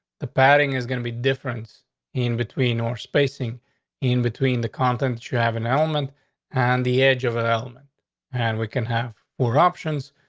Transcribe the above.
the padding is gonna be different in between or spacing in between the contents. you have an element on and the edge of ah element and we can have more options.